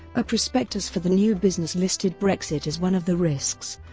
a prospectus for the new business listed brexit as one of the risks,